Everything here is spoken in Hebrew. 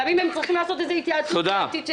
גם אם הם צריכים לעשות איזו התייעצות פקידותית.